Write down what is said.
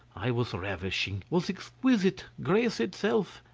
i was ravishing, was exquisite, grace itself,